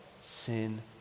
Sin